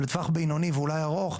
אבל בטווח הבינוני ואולי ארוך,